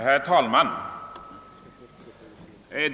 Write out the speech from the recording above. Herr talman!